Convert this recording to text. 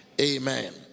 Amen